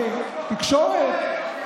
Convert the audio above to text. לתקשורת,